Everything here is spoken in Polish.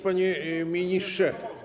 Panie Ministrze!